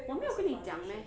我没有跟你讲 meh